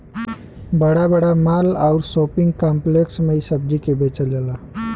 बड़ा बड़ा माल आउर शोपिंग काम्प्लेक्स में इ सब्जी के बेचल जाला